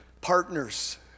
partners